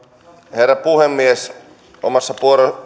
herra puhemies omassa